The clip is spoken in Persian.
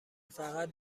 فقط